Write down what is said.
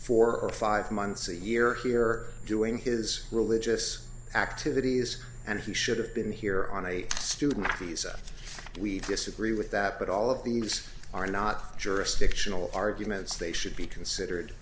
four or five months a year here doing his religious activities and he should have been here on a student visa we disagree with that but all of these are not jurisdictional arguments they should be considered